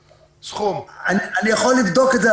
אני יכול לבדוק את זה,